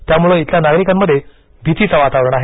त्यामुळे इथल्या नागरिकांमध्ये भीतीचे वातावरण आहे